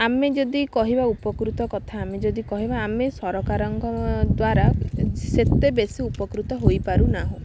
ଆମେ ଯଦି କହିବା ଉପକୃତ କଥା ଆମେ ଯଦି କହିବା ଆମେ ସରକାରଙ୍କ ଦ୍ଵାରା ସେତେ ବେଶି ଉପକୃତ ହେଇପାରୁନାହୁଁ